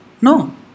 No